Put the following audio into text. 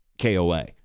KOA